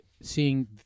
seeing